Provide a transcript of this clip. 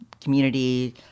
community